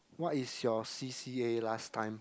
what is your C_C_A last time